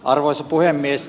arvoisa puhemies